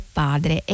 padre